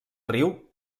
riu